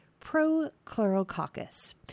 Prochlorococcus